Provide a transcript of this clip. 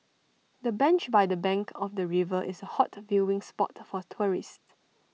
the bench by the bank of the river is A hot viewing spot for tourists